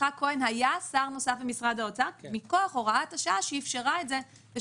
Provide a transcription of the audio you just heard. יצחק כהן היה שר נוסף במשרד האוצר מכוח הוראת השעה שאפשרה את זה.